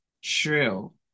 shrill